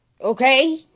Okay